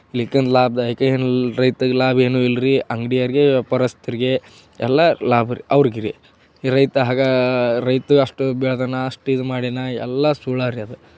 ಲಿಕನ್ ಲಾಭದಾಯಕ ಏನೂ ಇಲ್ಲ ರಿ ರೈತಗೆ ಲಾಭ ಏನೂ ಇಲ್ಲ ರಿ ಅಂಗ್ಡಿಯವ್ರ್ಗೆ ವ್ಯಾಪಾರಸ್ಥರಿಗೆ ಎಲ್ಲ ಲಾಭರಿ ಅವ್ರುಗಿರಿ ಈ ರೈತ ಹಾಗೆ ರೈತ ಅಷ್ಟು ಬೆಳೆದಾನ ಅಷ್ಟು ಇದು ಮಾಡ್ಯಾನ ಎಲ್ಲ ಸುಳ್ಳೇ ರಿ ಅದು